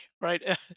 right